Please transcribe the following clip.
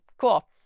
Cool